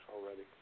already